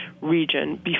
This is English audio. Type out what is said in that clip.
region